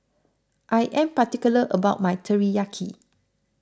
I am particular about my Teriyaki